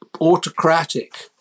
autocratic